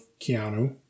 Keanu